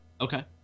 okay